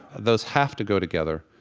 those have to go together.